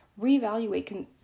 reevaluate